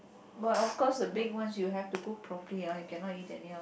but of course the big ones you have to cook properly ah you cannot eat anyhow